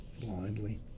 blindly